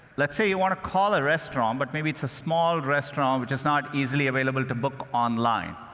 let's say you want to call a restaurant, but maybe it's a small restaurant which is not easily available to book online.